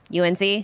UNC